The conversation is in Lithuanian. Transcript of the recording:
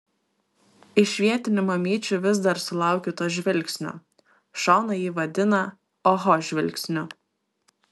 iš vietinių mamyčių vis dar sulaukiu to žvilgsnio šona jį vadina oho žvilgsniu